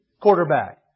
quarterback